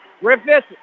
Griffith